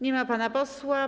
Nie ma pana posła.